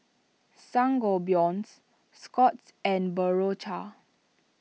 Sangobion Scott's and Berocca